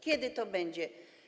Kiedy to będzie?